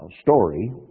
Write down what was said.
story